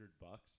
bucks